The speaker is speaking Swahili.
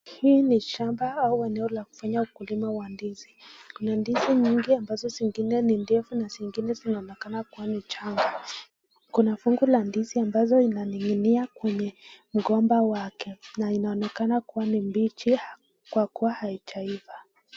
Hii ni shamba au eneo la kufanyia ukulima wa ndizi. Kuna ndizi nyingi ambazo zingine ni ndefu na zingine zinaonekana kuwa ni changa. Kuna fungu la ndizi ambazo inaning'inia kwenye mgomba wake na inaonekana kuwa ni mbichi kwa kuwa haijaiva.